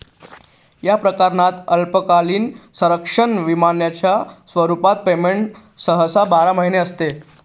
या प्रकरणात अल्पकालीन संरक्षण विम्याच्या स्वरूपात पेमेंट सहसा बारा महिने असते